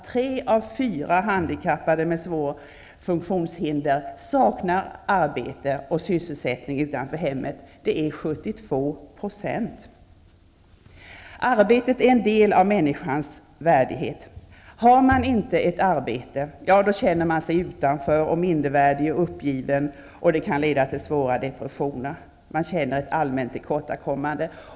Tre av fyra handikappade med svåra funktionshinder saknar arbete och sysselsättning utanför hemmet. Det rör sig om hela 72 %. Arbetet är en del av människans värdighet. Har man inte ett arbete känner man sig utanför, mindervärdig och uppgiven. Det kan leda till svåra depressioner. Man känner ett allmänt tillkortakommande.